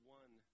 one